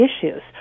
issues